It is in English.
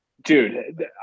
Dude